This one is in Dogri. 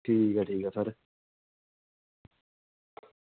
ठीक ऐ ठीक ऐ सर